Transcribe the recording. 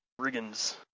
Riggins